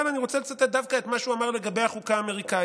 אבל אני רוצה לצטט דווקא את מה שהוא אמר לגבי החוקה האמריקאית.